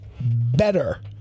better